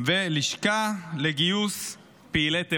ולשכה לגיוס פעילי טרור.